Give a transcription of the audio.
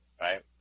right